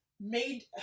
made